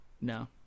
No